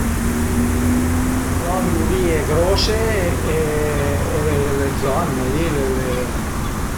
Al an le urìe grose e le zanne li le le